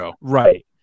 Right